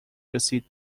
رسید